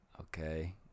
okay